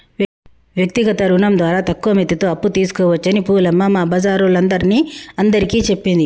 వ్యక్తిగత రుణం ద్వారా తక్కువ మిత్తితో అప్పు తీసుకోవచ్చని పూలమ్మ మా బజారోల్లందరిని అందరికీ చెప్పింది